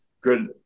good